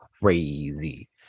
crazy